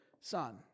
son